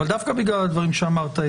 אבל דווקא בגלל הדברים שאמרת,